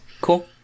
cool